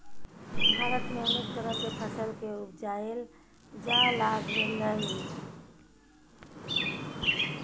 भारत में अनेक तरह के फसल के उपजाएल जा लागलइ